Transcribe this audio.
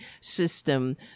system